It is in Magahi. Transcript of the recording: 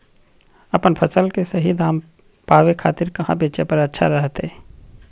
अपन फसल के सही दाम पावे खातिर कहां बेचे पर अच्छा रहतय?